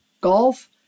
Golf